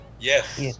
Yes